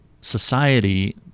society